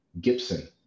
Gibson